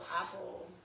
apple